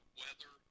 weather